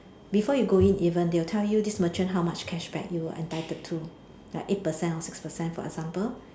before you go in even they'll tell you this merchant how much cashback you are entitled to like eight percent or six percent for example